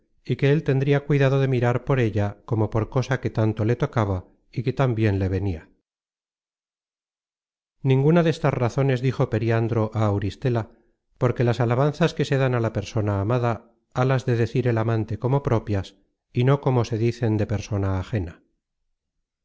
y que el tendria cuidado de mirar por ella como por cosa que tanto le tocaba y que tan bien le venia ninguna destas razones dijo periandro á auristela porque las alabanzas que se dan á la persona amada halas de decir el amante como propias y no como que se dicen de persona ajena